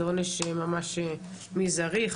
זה עונש ממש מזערי,